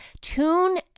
Tune